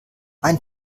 ein